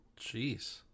Jeez